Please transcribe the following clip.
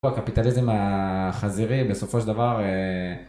הקפיטליזם החזירי בסופו של דבר.